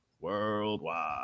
worldwide